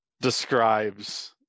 describes